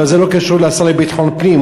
אבל זה לא קשור לשר לביטחון פנים.